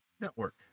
network